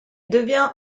devient